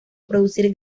producir